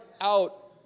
out